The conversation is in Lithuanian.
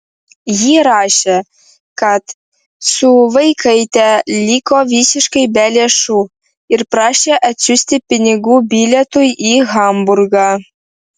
ji rašė kad su vaikaite liko visiškai be lėšų ir prašė atsiųsti pinigų bilietui į hamburgą